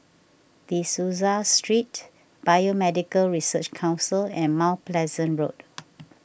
De Souza Street Biomedical Research Council and Mount Pleasant Road